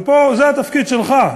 ופה התפקיד שלך,